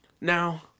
Now